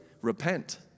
repent